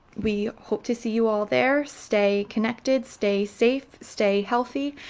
we hope to see you all there! stay connected, stay safe, stay healthy,